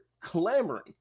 clamoring